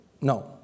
No